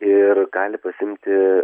ir gali pasiimti